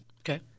Okay